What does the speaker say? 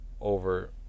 over